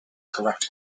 correct